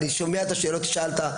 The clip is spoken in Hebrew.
אני שומע את השאלות ששאלת,